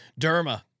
Derma